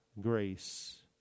grace